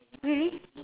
really